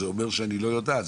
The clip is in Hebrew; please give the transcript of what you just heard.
זה אומר שאני לא יודעת,